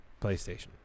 PlayStation